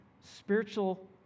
spiritual